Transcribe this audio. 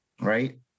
right